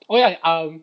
oh ya um